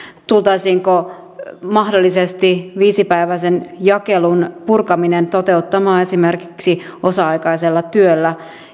tultaisiinko mahdollisesti viisipäiväisen jakelun purkaminen toteuttamaan esimerkiksi osa aikaisella työllä